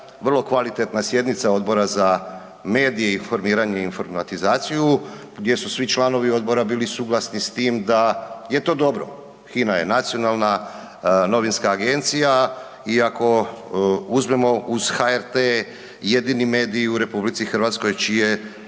vrlo kvalitetna sjednica Odbora za medije, informiranje i informatizaciju gdje su svi članovi odbora bili suglasni s tim da je to dobro. HINA je nacionalna novinska agencija i ako uzmemo uz HRT jedini mediji u RH čiji